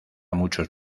muchos